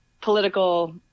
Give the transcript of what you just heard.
political